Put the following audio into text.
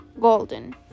Golden